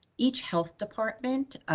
each health department,